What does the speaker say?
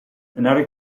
another